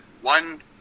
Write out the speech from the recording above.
one